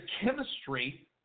chemistry